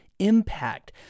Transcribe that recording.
Impact